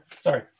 sorry